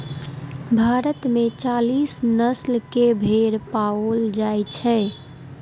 भारत मे चालीस नस्ल के भेड़ पाओल जाइ छै